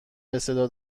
بصدا